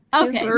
Okay